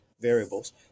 variables